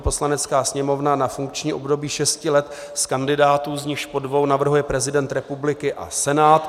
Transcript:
Poslanecká sněmovna na funkční období šesti let z kandidátů, z nichž po dvou navrhuje prezident republiky a Senát.